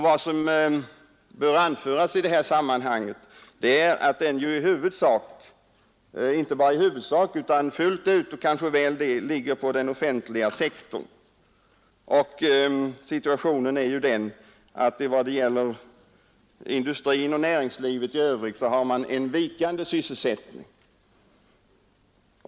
Vad som bör anföras i detta sammanhang är att effekten fullt ut ligger på den offentliga sektorn. Industrin och näringslivet i övrigt har en vikande sysselsättning.